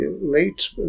late